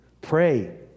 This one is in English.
pray